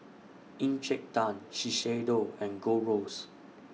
Encik Tan Shiseido and Gold Roast